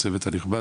הצוות הנכבד.